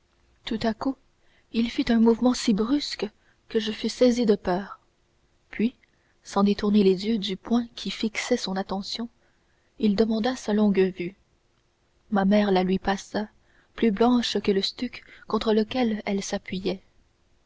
tout à coup il fit un mouvement si brusque que je fus saisie de peur puis sans détourner les yeux du point qui fixait son attention il demanda sa longue-vue ma mère la lui passa plus blanche que le stuc contre lequel elle s'appuyait